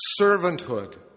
servanthood